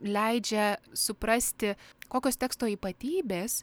leidžia suprasti kokios teksto ypatybės